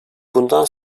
bundan